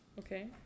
Okay